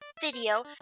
video